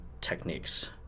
techniques